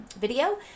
Video